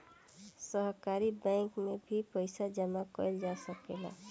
सहकारी बैंक में भी पइसा जामा कईल जा सकेला